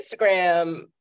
Instagram